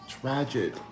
tragic